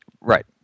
right